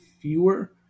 fewer